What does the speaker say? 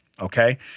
okay